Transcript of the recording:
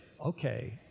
okay